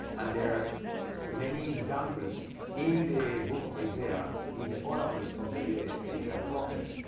and there're many examples in the book of isaiah, in the oracles of the isaiah prophet,